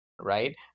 right